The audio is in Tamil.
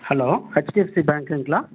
hello HDFC பேங்க்குங்களா